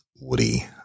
Woody